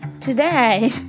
Today